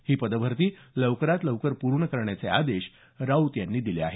ही पद भरती लवकरात लवकर पूर्ण करण्याचे आदेश राऊत यांनी दिले आहेत